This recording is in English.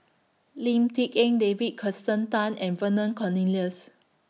Lim Tik En David Kirsten Tan and Vernon Cornelius